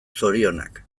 zorionak